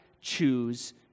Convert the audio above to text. choose